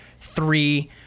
Three